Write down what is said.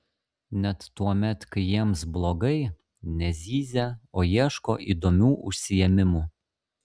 net tuomet kai jiems blogai nezyzia o ieško įdomių užsiėmimų